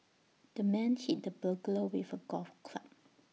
the man hit the burglar with A golf club